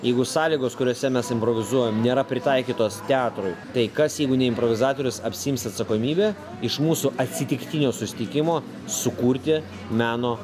jeigu sąlygos kuriose mes improvizuojam nėra pritaikytos teatrui tai kas jeigu ne improvizatorius apsiims atsakomybę iš mūsų atsitiktinio susitikimo sukurti meno